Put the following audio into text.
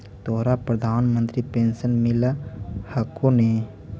तोहरा प्रधानमंत्री पेन्शन मिल हको ने?